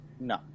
No